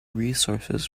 resources